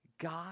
God